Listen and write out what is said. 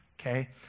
okay